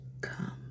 come